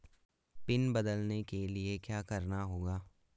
Pin बदलने के लिए क्या करना होगा?